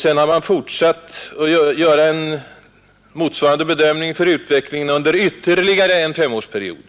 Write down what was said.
Sedan har man fortsatt med att göra en motsvarande bedömning rörande utvecklingen under ytterligare en femårsperiod.